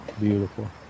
Beautiful